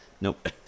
Nope